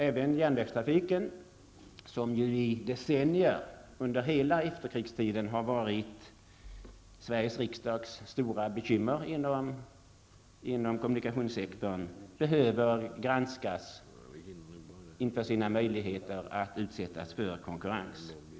Även järnvägstrafiken, som i decennier, under hela efterkrigstiden, har varit Sveriges riksdags stora bekymmer inom kommunikationssektorn, behöver granskas i fråga om möjligheterna att utsättas för konkurrens.